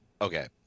okay